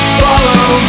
follow